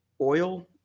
oil